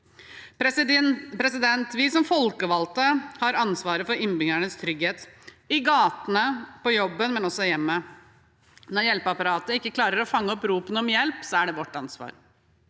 lånetilskudd. Vi som folkevalgte har ansvaret for innbyggernes trygghet i gatene, på jobben og også i hjemmet. Når hjelpeapparatet ikke klarer å fange opp ropene om hjelp, er det vårt ansvar.